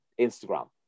Instagram